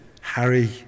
Harry